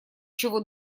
чего